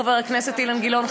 חבר הכנסת אילן גילאון,